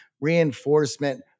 reinforcement